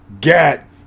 get